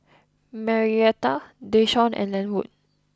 Marietta Deshawn and Lenwood